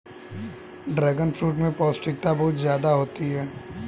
dragon fruit में पौष्टिकता बहुत ज्यादा होती है